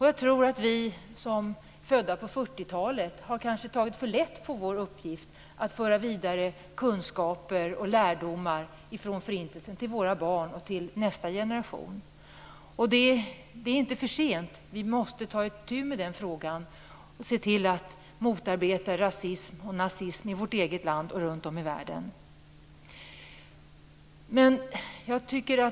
Jag tror att vi som är födda på 40-talet kanske har tagit för lätt på vår uppgift att föra vidare kunskaper och lärdomar från förintelsen till våra barn och nästa generation. Det är inte för sent, vi måste ta itu med den frågan och se till att motarbeta rasism och nazism i vårt eget land och runt om i världen.